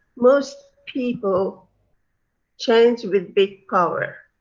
most people change with big power.